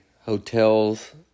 hotels